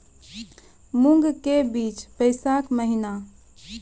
मूंग के बीज बैशाख महीना